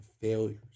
failures